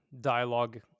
dialogue